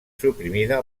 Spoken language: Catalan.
suprimida